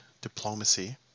diplomacy